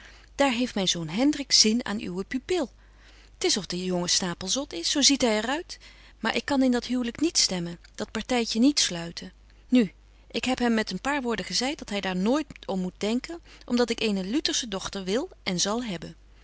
daar heeft myn zoon hendrik zin aan uwe pupil t is of de jongen stapel zot is zo ziet hy er uit maar ik kan in dat huwlyk niet stemmen dat partytje niet sluiten nu ik heb hem met een paar woorden gezeit dat hy daar nooit om moet denken om dat ik eene lutersche dochter wil en zal hebben